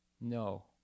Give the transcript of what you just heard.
No